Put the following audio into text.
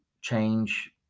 change